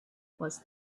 was